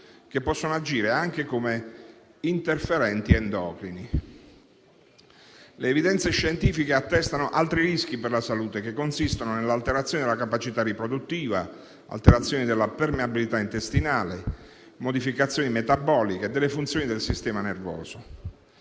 che possono agire anche come interferenti endocrini. Le evidenze scientifiche attestano altri rischi per la salute che consistono nell'alterazione della capacità riproduttiva, della permeabilità intestinale, nonché modificazioni metaboliche e delle funzioni del sistema nervoso.